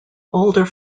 older